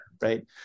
Right